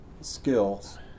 skills